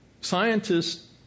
scientists